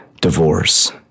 divorce